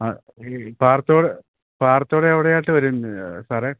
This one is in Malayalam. ആ ഈ പാറത്തോട് പാറത്തോടെവിടെയായിട്ടു വരും സാറേ